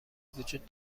وجود